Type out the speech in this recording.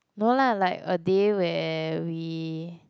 no lah like a day where we